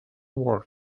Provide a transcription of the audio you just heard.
work